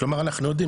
כלומר אנחנו יודעים,